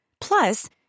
Plus